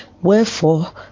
Wherefore